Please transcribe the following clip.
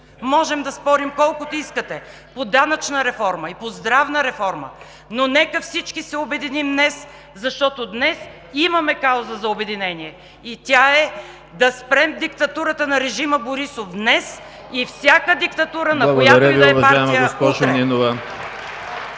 можем да спорим колкото искате по данъчна реформа и по здравна реформа, но нека всички се обединим днес, защото имаме кауза за обединение и тя е – да спрем диктатурата на режима Борисов днес и всяка диктатура на която и да е партия утре.